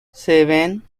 seven